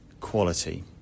quality